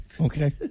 Okay